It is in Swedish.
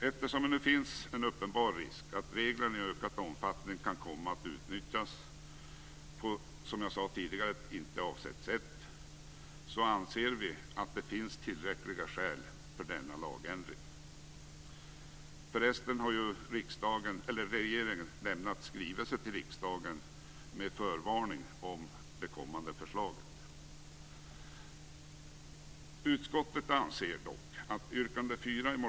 Eftersom det finns en uppenbar risk att reglerna i ökad omfattning kan komma att utnyttjas på, som jag sade tidigare, inte avsett sätt, anser vi att det finns tillräckliga skäl för denna lagändring. Regeringen har förresten lämnat en skrivelse till riksdagen med förvarning om det kommande förslaget.